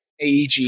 AEG